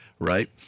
Right